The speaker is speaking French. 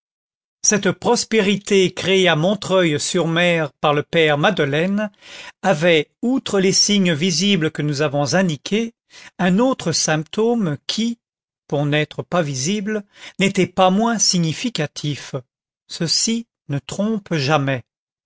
cette prospérité créée à montreuil sur mer par le père madeleine avait outre les signes visibles que nous avons indiqués un autre symptôme qui pour n'être pas visible n'était pas moins significatif ceci ne trompe jamais